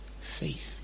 faith